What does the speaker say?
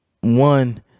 One